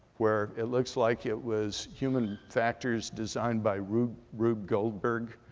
where it looks like it was human factors designed by rube rube goldberg.